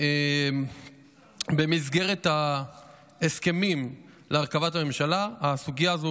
במסגרת ההסכמים להרכבת הממשלה הסוגיה הזו